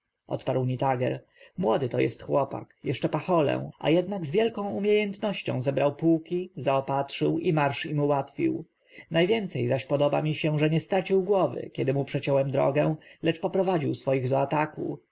odparł nitager młody to jest chłopak jeszcze pacholę a jednak z wielką umiejętnością zebrał pułki zaopatrzył i marsz im ułatwił najwięcej zaś podoba mi się że nie stracił głowy kiedy mu przeciąłem drogę lecz poprowadził swoich do ataku